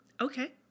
Okay